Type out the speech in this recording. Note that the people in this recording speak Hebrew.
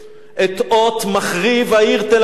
את אות מחריב העיר תל-אביב.